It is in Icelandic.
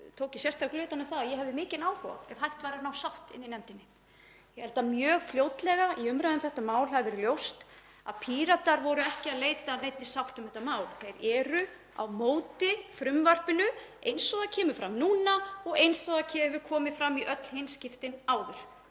tók ég sérstaklega utan um það að ég hefði mikinn áhuga á, ef hægt væri, að ná sátt í nefndinni. Ég held að mjög fljótlega í umræðu um þetta mál hafi verið ljóst að Píratar voru ekki að leita að neinni sátt um þetta mál. Þeir eru á móti frumvarpinu eins og það kemur fram núna og eins og það hefur komið fram í öll hin skiptin áður.